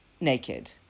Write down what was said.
naked